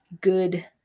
good